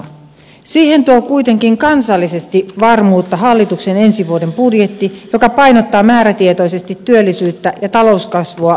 siihen tuo kuitenkin kansallisesti varmuutta hallituksen ensi vuoden budjetti joka painottaa määrätietoisesti työllisyyttä ja talouskasvua lisääviä toimia